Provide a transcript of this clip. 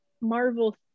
marvel